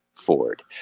Ford